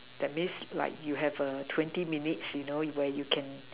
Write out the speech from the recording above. that means like you have a twenty minutes where you can